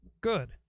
good